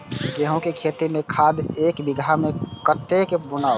गेंहू के खेती में खाद ऐक बीघा में कते बुनब?